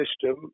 system